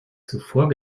zuvor